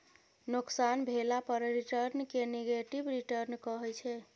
नोकसान भेला पर रिटर्न केँ नेगेटिव रिटर्न कहै छै